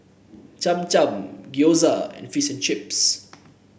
Cham Cham Gyoza and Fish and Chips